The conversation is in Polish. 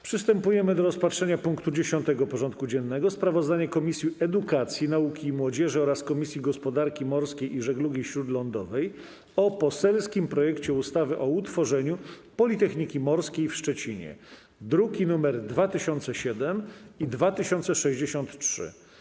Przystępujemy do rozpatrzenia punktu 10. porządku dziennego: Sprawozdanie Komisji Edukacji, Nauki i Młodzieży oraz Komisji Gospodarki Morskiej i Żeglugi Śródlądowej o poselskim projekcie ustawy o utworzeniu Politechniki Morskiej w Szczecinie (druki nr 2007 i 2063)